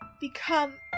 become